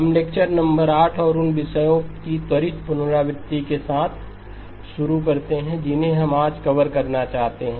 हम lecture number 8 और उन विषयों की त्वरित पुनरावृत्ति के साथ शुरू करते हैं जिन्हें हम आज कवर करना चाहते हैं